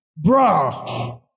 Bruh